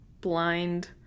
blind